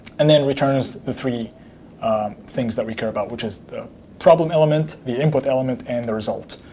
and then returns the three things that we care about, which is the problem element, the input element, and the result,